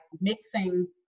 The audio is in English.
mixing